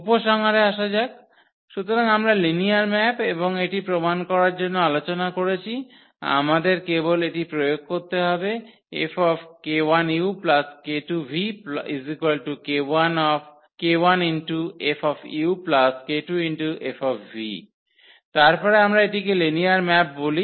উপসংহারে আসা যাক সুতরাং আমরা লিনিয়ার ম্যাপ এবং এটি প্রমাণ করার জন্য আলোচনা করেছি আমাদের কেবল এটি প্রয়োগ করতে হবে 𝐹𝑘1u 𝑘2v 𝑘1𝐹 𝑘2𝐹 তারপরে আমরা এটিকে লিনিয়ার ম্যাপ বলি